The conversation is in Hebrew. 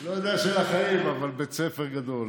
לא יודע אם של החיים, אבל בית ספר גדול.